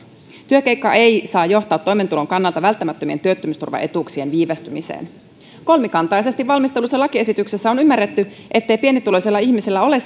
työkeikka ei saa johtaa toimeentulon kannalta välttämättömien työttömyysturvaetuuksien viivästymiseen kolmikantaisesti valmistellussa lakiesityksessä on ymmärretty ettei pienituloisella ihmisellä ole